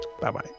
Bye-bye